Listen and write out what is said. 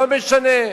לא משנה.